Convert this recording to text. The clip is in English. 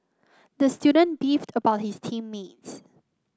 the student beefed about his team mates